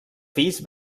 fills